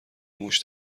موش